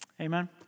Amen